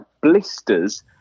blisters